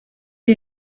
you